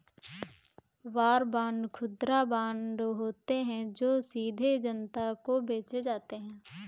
war bond खुदरा bond होते हैं जो सीधे जनता को बेचे जाते हैं